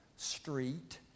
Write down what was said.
Street